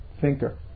thinker